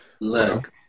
Look